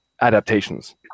adaptations